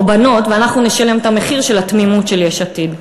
הקורבנות ואנחנו נשלם את המחיר של התמימות של יש עתיד.